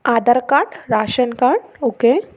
Aadhaar card ration card okay